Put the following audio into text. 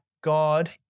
God